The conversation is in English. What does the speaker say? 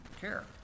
care